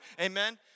Amen